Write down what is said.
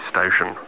station